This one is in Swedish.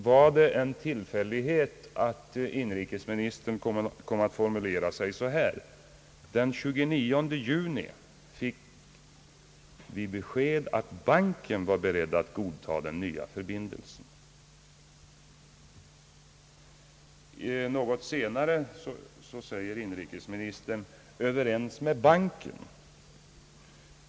Var det en tillfällighet att inrikesministern kom ait formulera sig så här? »Den 29 juni fick vi besked att banken var beredd att godtaga den nya förbindelsen.» Något senare säger inrikesministern: »Ööverens med banken».